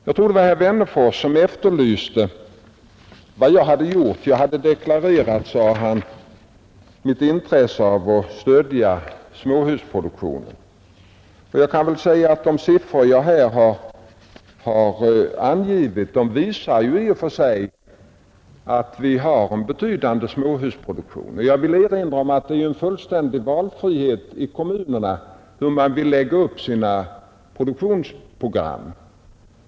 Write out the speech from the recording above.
Jag tror det var herr Wennerfors som sade att jag vid något tillfälle deklarerat intresse av att stödja småhusproduktionen, och han ville veta vad jag hade gjort för detta. Jag kan säga, att de siffror jag här har angivit i och för sig visar att vi har en betydande småhusproduktion. Jag vill också erinra om att kommunerna har fullständig valfrihet när de lägger upp sina produktionsprogram.